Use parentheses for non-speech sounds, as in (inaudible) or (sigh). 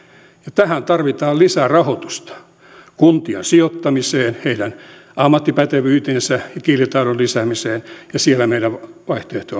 tähän tarvitaan lisärahoitusta kuntiin sijoittamiseen heidän ammattipätevyytensä ja kielitaidon lisäämiseen ja siellä meidän vaihtoehto (unintelligible)